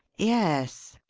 yes.